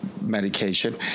medication